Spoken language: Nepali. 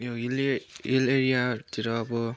यो हिल्ली हिल एरियातिर अब